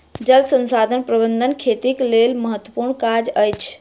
जल संसाधन प्रबंधन खेतीक लेल महत्त्वपूर्ण काज अछि